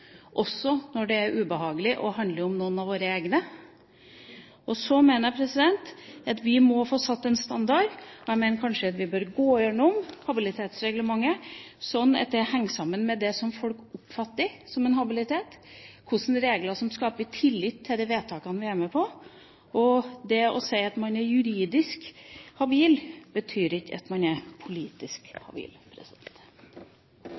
også når det er ubehagelig og handler om noen av våre egne. Så mener jeg at vi må få satt en standard. Jeg mener at vi kanskje bør gå gjennom habilitetsreglementet sånn at det henger sammen med det folk oppfatter som habilitet, hvilke regler som skaper tillit til de vedtakene vi er med på. Og det å si at man er juridisk habil, betyr ikke at man er politisk